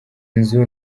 nzu